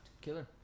killer